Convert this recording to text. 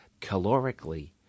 calorically